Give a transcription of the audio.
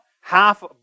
half